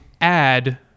add